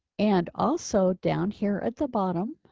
and also down here at the bottom.